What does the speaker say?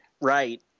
Right